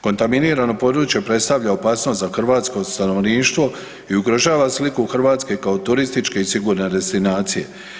Kontaminirano područje predstavlja opasnost za hrvatsko stanovništvo i ugrožava sliku Hrvatske kao turističke i sigurne destinacije.